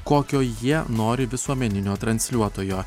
kokio jie nori visuomeninio transliuotojo